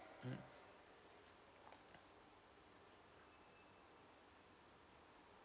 mm